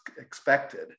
expected